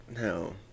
no